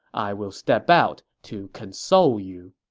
i will step out to console you.